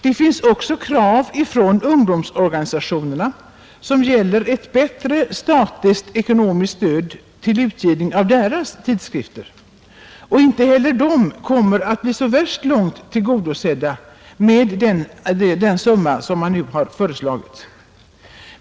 Det finns också krav från ungdomsorganisationerna som gäller ett bättre statligt ekonomiskt stöd till utgivning av deras tidskrifter. Inte heller de kommer att bli så värst långt tillgodosedda med den summa som föreslås i propositionen.